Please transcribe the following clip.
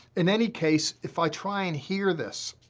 in any case, if i try and hear this